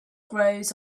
grows